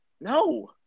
no